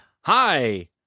hi